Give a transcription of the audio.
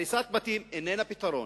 הריסת בתים איננה פתרון.